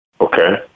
Okay